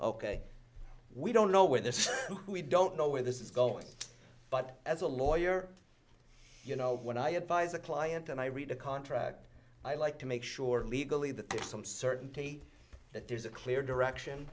ok we don't know where this is we don't know where this is going but as a lawyer you know when i advise a client and i read a contract i like to make sure legally that there's some certainty that there's a clear direction